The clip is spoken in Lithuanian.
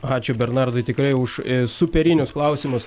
ačiū bernardui tikrai už superinius klausimus